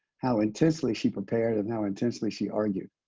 how intensely she prepared and how intensely she argued.